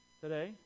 today